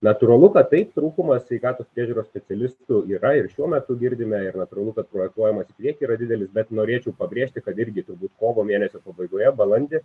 natūralu kad taip trūkumas sveikatos priežiūros specialistų yra ir šiuo metu girdime ir natūralu kad projektuojamas į priekį yra didelis bet norėčiau pabrėžti kad irgi turbūt kovo mėnesio pabaigoje balandį